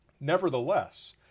Nevertheless